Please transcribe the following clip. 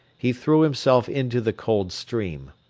he threw himself into the cold stream.